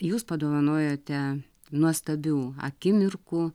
jūs padovanojote nuostabių akimirkų